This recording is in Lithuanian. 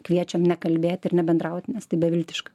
kviečiam nekalbėti ir nebendrauti nes tai beviltiška